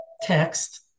text